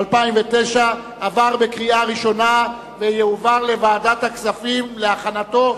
עברה בקריאה ראשונה ותועבר לוועדת הכספים להכנתה,